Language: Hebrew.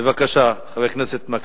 בבקשה, חבר הכנסת מקלב.